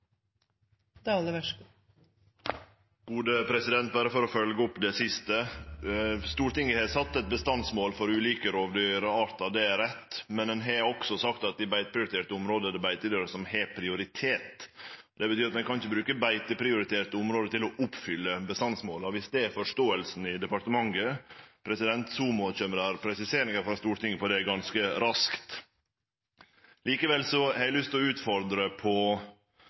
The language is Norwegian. For å følgje opp det siste: Stortinget har sett eit bestandsmål for ulike rovdyrartar, det er rett, men ein har også sagt at i beiteprioriterte område er det beitedyra som har prioritet. Det betyr at ein ikkje kan bruke beiteprioriterte område til å oppfylle bestandsmåla. Viss det er forståinga i departementet, kjem det presiseringar frå Stortinget på det ganske raskt. Likevel har eg lyst til å utfordre statsråden på